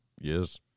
Yes